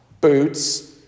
boots